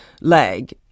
leg